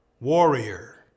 warrior